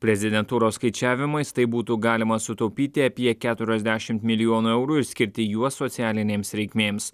prezidentūros skaičiavimais taip būtų galima sutaupyti apie keturiasdešimt milijonų eurų ir skirti juos socialinėms reikmėms